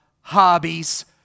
hobbies